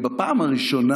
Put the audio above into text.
בפעם הראשונה